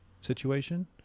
situation